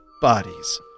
bodies